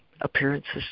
appearances